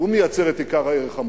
הוא מייצר את עיקר הערך המוסף.